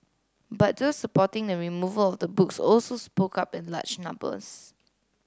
but those supporting the removal of the books also spoke up in large numbers